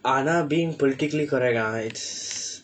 ஆனா:aanaa being politically correct ah it's